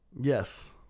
Yes